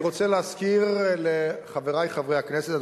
אני רוצה להזכיר לחברי חברי הכנסת,